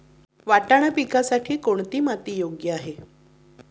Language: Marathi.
वाटाणा पिकासाठी कोणती माती योग्य आहे?